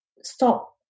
stop